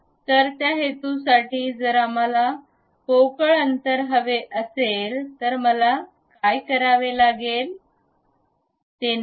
तर त्या हेतूसाठी जर आम्हाला पोकळ अंतर हवे असेल तर मला काय करावे लागेल ते निवडा